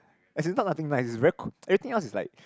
as in not nothing nice is very everything else is like